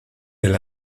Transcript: del